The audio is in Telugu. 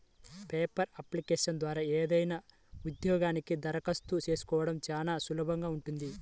పేపర్ అప్లికేషన్ల ద్వారా ఏదైనా ఉద్యోగానికి దరఖాస్తు చేసుకోడం చానా సులభంగా ఉంటది